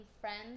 friends